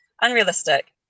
unrealistic